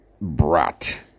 brat